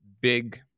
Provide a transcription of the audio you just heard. big